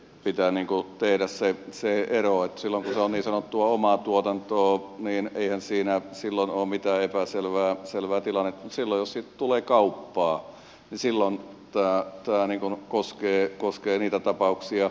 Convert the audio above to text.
pitää tehdä se ero että silloin kun se on niin sanottua omaa tuotantoa eihän siinä silloin ole mitään epäselvää tilannetta mutta silloin jos siitä tulee kauppaa niin silloin tämä koskee niitä tapauksia